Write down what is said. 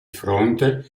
fronte